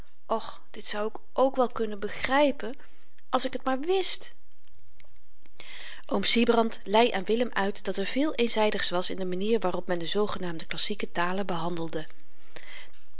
och dit zou ik ook wel kunnen begrypen als ik t maar wist oom sybrand leî aan willem uit dat er veel eenzydigs was in de manier waarop men de zoogenaamde klassieke talen behandelde